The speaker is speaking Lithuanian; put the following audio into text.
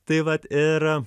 tai vat ir